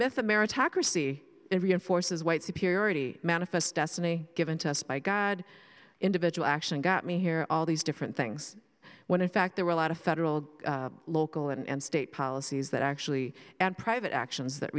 myth of meritocracy reinforces white superiority manifest destiny given to us by god individual action got me here all these different things when in fact there were a lot of federal local and state policies that actually and private actions that